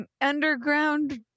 Underground